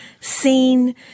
seen